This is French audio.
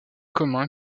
commun